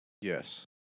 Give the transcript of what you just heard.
Yes